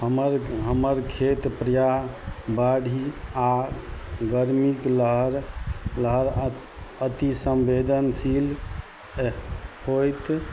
हमर हमर खेत प्रायः बाढ़ी आओर गर्मीक लहर लहर अति संवेदनशील अः होइत